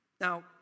Now